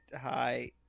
hi